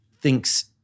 thinks